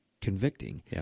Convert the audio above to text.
Convicting